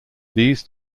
these